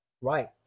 right